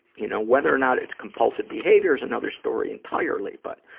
you know, whether or not it's compulsive behavior is another story entirely, but,